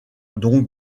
donc